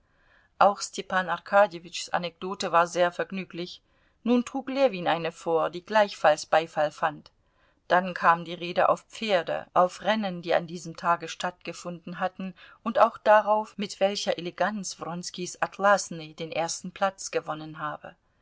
auch stepan arkadjewitschs anekdote war sehr vergnüglich nun trug ljewin eine vor die gleichfalls beifall fand dann kam die rede auf pferde auf die rennen die an diesem tage stattgefunden hatten und auch darauf mit welcher eleganz wronskis atlasnü den ersten preis gewonnen habe